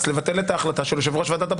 ולבטל את ההוראה של יושב-ראש ועדת הבחירות.